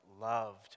loved